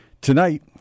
tonight